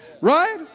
right